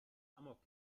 amok